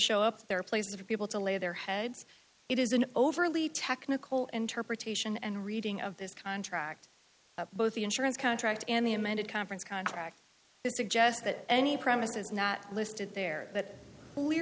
show up there are places for people to lay their heads it is an overly technical interpretation and reading of this contract both the insurance contract and the amended conference contract suggest that any premises not listed there that